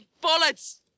bullets